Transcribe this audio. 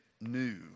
new